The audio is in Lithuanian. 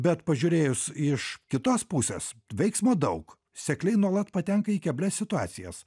bet pažiūrėjus iš kitos pusės veiksmo daug sekliai nuolat patenka į keblias situacijas